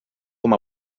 com